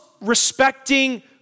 respecting